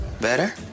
Better